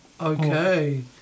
Okay